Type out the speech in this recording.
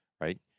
right